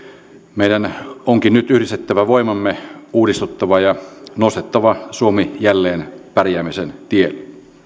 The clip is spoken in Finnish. meidän onkin nyt yhdistettävä voimamme uudistuttava ja nostettava suomi jälleen pärjäämisen tielle